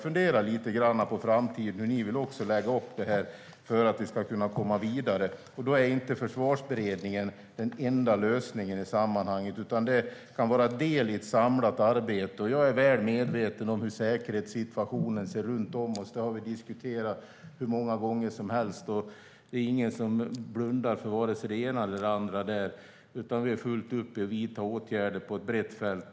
Fundera lite på framtiden och på hur ni vill lägga upp detta för att vi ska kunna komma vidare! Försvarsberedningen är inte den enda lösningen i sammanhanget, utan den kan vara en del i ett samlat arbete. Jag är väl medveten om hur säkerhetssituationen runt om oss ser ut; det har vi diskuterat hur många gånger som helst. Det är ingen som blundar för vare sig det ena eller det andra, utan vi håller för fullt på med att vidta åtgärder på ett brett fält.